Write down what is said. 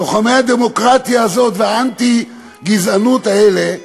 לוחמי הדמוקרטיה והאנטי-גזענות האלה,